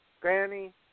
Granny